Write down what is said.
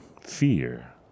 fear